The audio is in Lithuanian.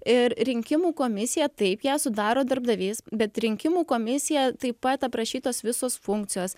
ir rinkimų komisija taip ją sudaro darbdavys bet rinkimų komisija taip pat aprašytos visos funkcijos